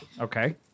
Okay